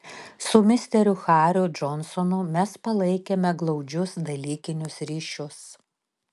su misteriu hariu džonsonu mes palaikėme glaudžius dalykinius ryšius